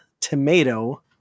tomato